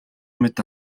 мэт